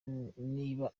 niba